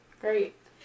Great